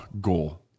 goal